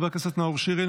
חבר הכנסת נאור שירי,